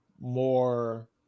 more